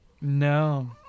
No